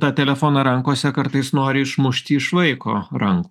tą telefoną rankose kartais nori išmušti iš vaiko rank